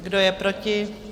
Kdo je proti?